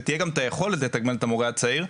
ותהיה גם היכולת לתגמל את המורה הצעיר.